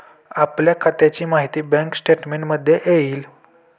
आपल्या खात्याची माहिती बँक स्टेटमेंटमध्ये येईल